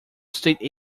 estate